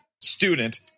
student